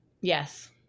Yes